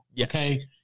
okay